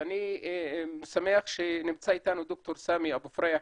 ואני שמח שנמצא איתנו ד"ר סאמי אבו פריח,